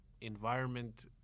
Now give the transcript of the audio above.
environment